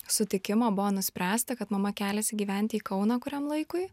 sutikimo buvo nuspręsta kad mama keliasi gyventi į kauną kuriam laikui